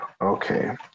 okay